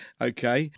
okay